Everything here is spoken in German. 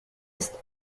ist